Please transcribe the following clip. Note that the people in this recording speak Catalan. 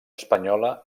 espanyola